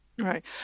Right